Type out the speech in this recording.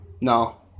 No